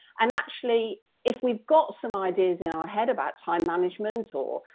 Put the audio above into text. and actually if we've got some ideas in our head about time management or,